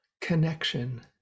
Connection